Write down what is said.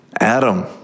Adam